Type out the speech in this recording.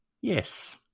Yes